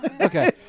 Okay